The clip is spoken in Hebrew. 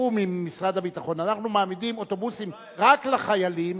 בתיאום עם משרד הביטחון: אנחנו מעמידים אוטובוסים רק לחיילים.